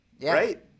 Right